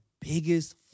biggest